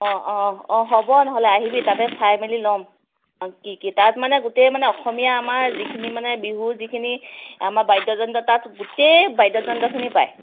অঁ অঁ হ'ব নহ'লে আহিবি তাতে চাই মেলি ল'ম কি কি তাত মানে গোটেই মানে অসমীয়া আমাৰ যিখিনি মানে বিহুৰ যিখিনি আমাৰ বাদ্যযন্ত্ৰ তাত গোটেই বাদ্যযন্ত্ৰখিনি পায়